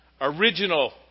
original